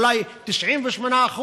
אולי 98%,